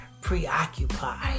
Preoccupied